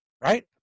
right